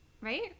right